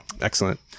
excellent